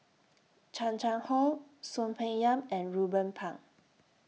Chan Chang How Soon Peng Yam and Ruben Pang